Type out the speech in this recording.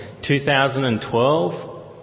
2012